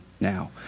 now